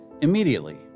immediately